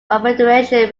confederation